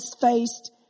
faced